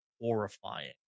horrifying